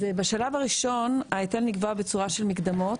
בשלב הראשון ההיטל נקבע בצורה של מקדמות,